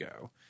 go